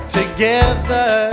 together